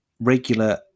Regular